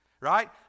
right